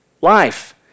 life